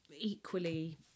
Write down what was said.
equally